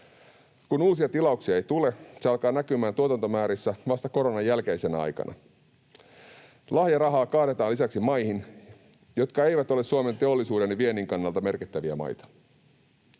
Kun uusia tilauksia ei tule, se alkaa näkymään tuotantomäärissä vasta koronan jälkeisenä aikana. Lahjarahaa kaadetaan lisäksi maihin, jotka eivät ole Suomen teollisuuden ja viennin kannalta merkittäviä maita.